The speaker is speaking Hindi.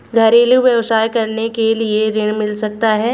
घरेलू व्यवसाय करने के लिए ऋण मिल सकता है?